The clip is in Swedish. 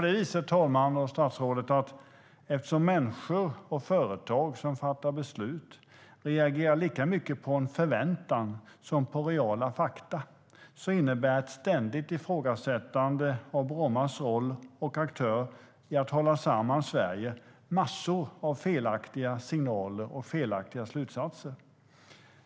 Eftersom människor och företag när de fattar beslut reagerar lika mycket på förväntan som på reala fakta innebär ett ständigt ifrågasättande av Brommas roll i att hålla samman Sverige massor av felaktiga signaler och slutsatser.